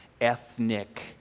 ethnic